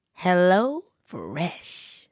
HelloFresh